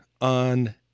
on